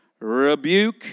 rebuke